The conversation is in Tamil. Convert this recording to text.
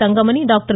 தங்கமணி டாக்டர்